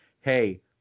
Hey